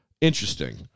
Interesting